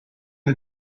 the